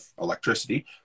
electricity